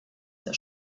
der